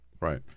Right